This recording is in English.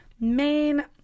main